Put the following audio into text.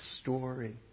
story